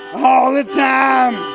ah the time.